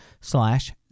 slash